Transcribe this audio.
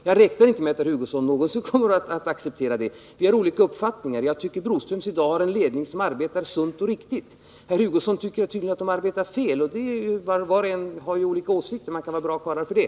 Jag räknar inte med att herr Hugosson någonsin kommer att acceptera det. Vi har olika uppfattningar. Jag tycker att Broströms i dag har en ledning som arbetar sunt och riktigt. Herr Hugosson tycker tydligen att koncernen arbetar på ett felaktigt sätt. Var och en har olika åsikter — man kan vara bra karlar för det.